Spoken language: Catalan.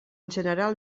general